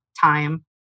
time